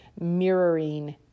mirroring